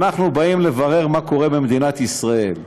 אנחנו באים לברר מה קורה במדינת ישראל.